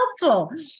helpful